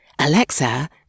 Alexa